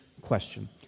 question